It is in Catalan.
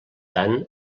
tant